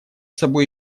собой